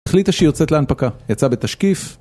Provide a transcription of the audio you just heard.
החליטה שהיא יוצאת להנפקה, היא יצאה בתשקיף